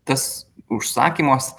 tas užsakymas